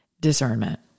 discernment